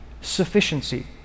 sufficiency